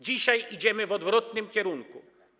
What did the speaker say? Dzisiaj idziemy w odwrotnym kierunku.